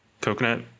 coconut